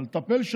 טפל,